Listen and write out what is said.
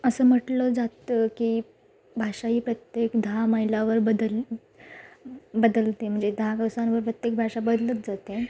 असं म्हटलं जातं की भाषा ही प्रत्येक दहा मैलावर बदल बदलते म्हणजे दहा कोसांवर प्रत्येक भाषा बदलत जाते